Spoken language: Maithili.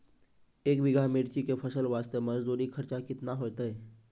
एक बीघा मिर्ची के फसल वास्ते मजदूरी खर्चा केतना होइते?